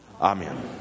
Amen